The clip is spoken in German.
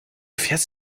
fährst